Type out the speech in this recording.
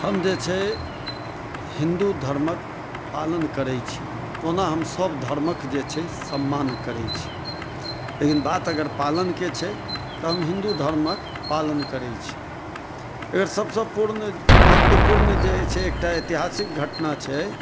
हम जे छै हिन्दूधर्मके पालन करै छी ओना हम सब धर्मके जे छै से सम्मान करै छी लेकिन बात अगर पालनके छै तऽ हम हिन्दूधर्मके पालन करै छी एकर सबसँ पूर्ण महत्वपूर्ण जे अछि एकटा एतिहासिक घटना छै